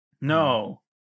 No